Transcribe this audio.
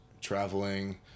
traveling